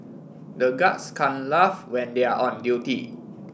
the guards can't laugh when they are on duty